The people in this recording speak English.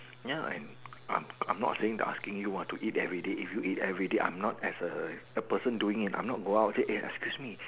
ya I'm I'm not saying the asking you ah to eat everyday if you eat everyday I'm not as a the person doing it I'm not go out say eh excuse me